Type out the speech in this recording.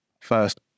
first